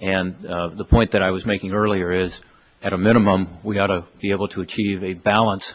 and the point that i was making earlier is at a minimum we ought to be able to achieve a balance